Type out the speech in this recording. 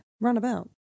runabout